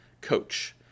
coach